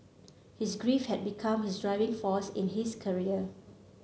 his grief had become his driving force in his career